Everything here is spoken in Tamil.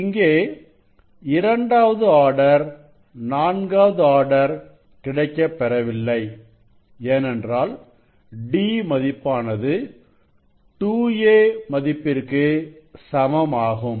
இங்கே இரண்டாவது ஆர்டர் நான்காவது ஆர்டர் கிடைக்கப்பெறவில்லை ஏனென்றால் d மதிப்பானது 2a மதிப்பிற்கு சமமாகும்